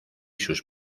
sus